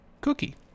cookie